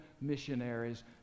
missionaries